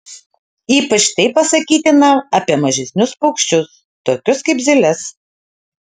ypač tai pasakytina apie mažesnius paukščius tokius kaip zylės